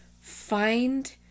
find